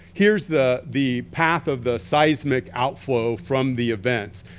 here's the the path of the seismic outflow from the events.